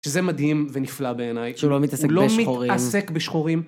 שזה מדהים ונפלא בעיניי. שהוא לא מתעסק בשחורים. הוא לא מתעסק בשחורים.